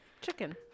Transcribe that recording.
chicken